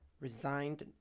resigned